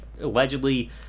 allegedly